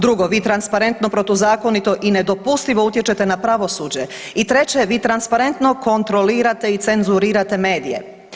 Drugo, vi transparentno protuzakonito i nedopustivo utječete na pravosuđe i treće vi transparentno kontrolirate i cenzurirate medije.